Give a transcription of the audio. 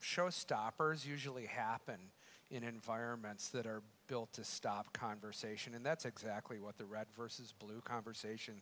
show stoppers usually happen in environments that are built to stop conversation and that's exactly what the red vs blue conversation